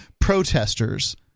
protesters